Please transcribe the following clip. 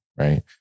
right